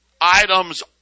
items